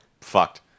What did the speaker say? fucked